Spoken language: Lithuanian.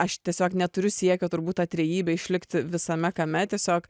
aš tiesiog neturiu siekio turbūt ta trejybė išlikti visame kame tiesiog